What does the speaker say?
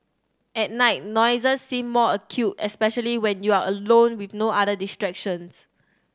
at night noises seem more acute especially when you are alone with no other distractions